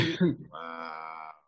Wow